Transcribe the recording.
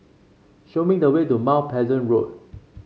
show me the way to Mount Pleasant Road